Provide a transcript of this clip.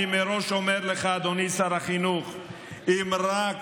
אני מראש אומר לך, אדוני שר החינוך, אם רק